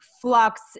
flux